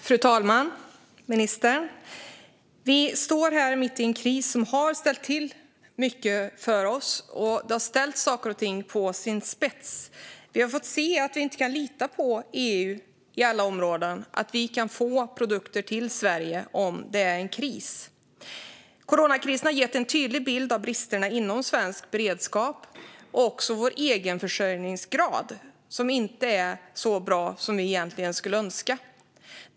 Fru talman och ministern! Vi står här mitt i en kris som har ställt till mycket för oss. Saker och ting har ställts på sin spets. Vi har fått se att vi inte kan lita på EU på alla områden, när det gäller att få produkter till Sverige om det är kris. Coronakrisen har gett en tydlig bild av bristerna i svensk beredskap och av vår egenförsörjningsgrad, som inte är så bra som vi skulle önska.